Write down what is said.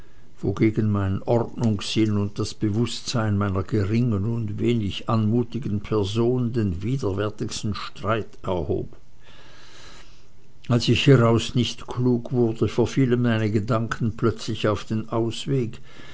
wogegen mein ordnungssinn und das bewußtsein meiner geringen und wenig anmutigen person den widerwärtigsten streit erhob als ich hieraus nicht klug wurde verfielen meine gedanken plötzlich auf den ausweg